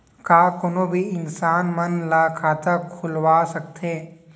का कोनो भी इंसान मन ला खाता खुलवा सकथे?